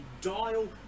dial